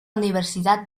universidad